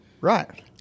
Right